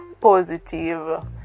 positive